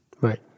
Right